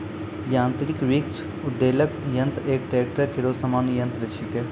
यांत्रिक वृक्ष उद्वेलक यंत्र एक ट्रेक्टर केरो सामान्य यंत्र छिकै